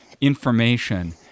information